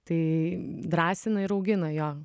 tai drąsina ir augina jo